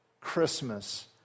Christmas